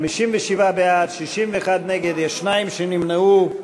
57 בעד, 61 נגד, יש שניים שנמנעו.